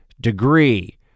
degree